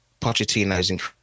Pochettino's